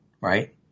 right